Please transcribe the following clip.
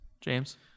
James